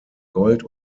gold